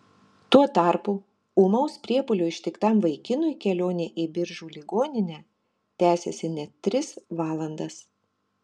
tuo tarpu ūmaus priepuolio ištiktam vaikinui kelionė į biržų ligoninę tęsėsi net tris valandas